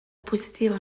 positiva